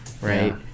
right